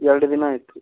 ಎರಡು ದಿನ ಆಯಿತು